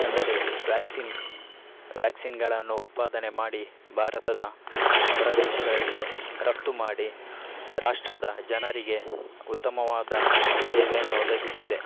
ಅಂದರೆ ವ್ಯಾಕ್ಸಿನ್ ವ್ಯಾಕ್ಸಿನ್ಗಳನ್ನು ಉತ್ಪಾದನೆ ಮಾಡಿ ಭಾರತದ ಹೊರದೇಶಗಳಿಗೆ ರಫ್ತು ಮಾಡಿ ರಾಷ್ಟ್ರದ ಜನರಿಗೆ ಉತ್ತಮವಾದ ಸೇವೆಯನ್ನು ಒದಗಿಸಿದೆ